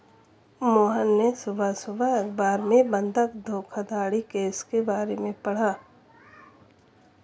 मोहन ने सुबह सुबह अखबार में बंधक धोखाधड़ी केस के बारे में पढ़ा